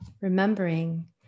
remembering